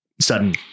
sudden